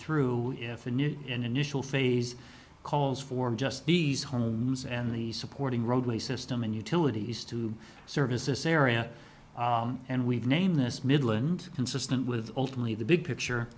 through if a new initial phase calls for just these homes and the supporting roadway system and utilities to service this area and we've named this middle and consistent with ultimately the big picture